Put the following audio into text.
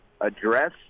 address